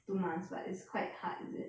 two months but it's quite hard is it